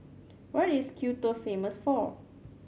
what is Quito famous for